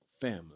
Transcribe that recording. family